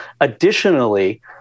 Additionally